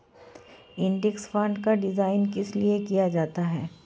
Index fund का design किस लिए किया गया है?